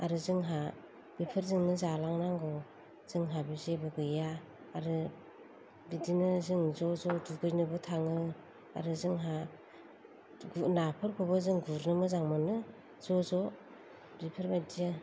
आरो जोंहा बेफोरजोंनो जालांनांगौ जोंहाबो जेबो गैया आरो बिदिनो जों ज' ज' दुगैनोबो थाङो आरो जोंहा नाफोरखौबो जों गुरनो मोजां मोनो ज' ज' बेफोरबादि